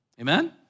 Amen